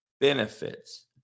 benefits